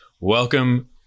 Welcome